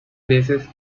veces